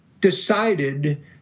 decided